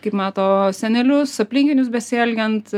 kaip mato senelius aplinkinius besielgiant